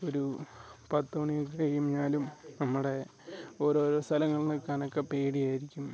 ഒരു പത്ത് മണി കഴിഞ്ഞാലും നമ്മുടെ ഓരോരോ സ്ഥലങ്ങൾ നിൽക്കാനൊക്ക പേടിയായിരിക്കും